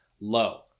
low